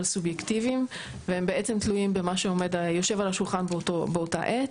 סובייקטיביים והם בעצם תלויים במה שיושב על השולחן באותה עת,